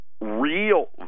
real